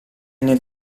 nel